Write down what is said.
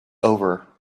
over